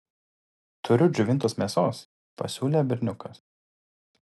turiu džiovintos mėsos pasiūlė berniukas